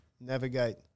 navigate